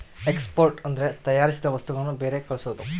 export ಅಂದ್ರೆ ತಯಾರಿಸಿದ ವಸ್ತುಗಳನ್ನು ಬೇರೆ ಕಳ್ಸೋದು